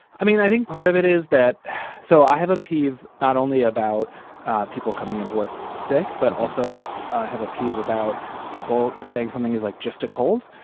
i mean, i think part of it is that so i have a peeve not only about people coming into work sick, but also have a peeve about people saying something is like just a cold.